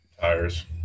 Tires